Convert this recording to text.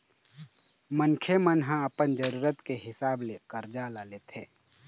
मनखे मन ह अपन जरुरत के हिसाब ले करजा ल लेथे